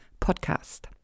Podcast